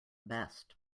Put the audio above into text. best